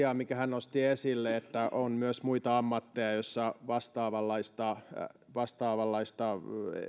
hyvää asiaa minkä hän nosti esille sitä että on myös muita ammatteja joissa vastaavanlaista vastaavanlaista